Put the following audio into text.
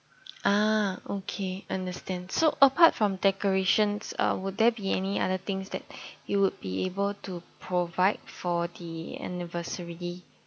ah okay understand so apart from decorations uh would there be any other things that you would be able to provide for the anniversary